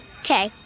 Okay